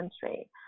country